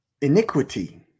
iniquity